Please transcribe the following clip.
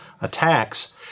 attacks